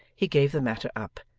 he gave the matter up,